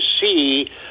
see